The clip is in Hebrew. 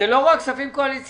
זה לא רק כספים קואליציוניים,